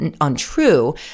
untrue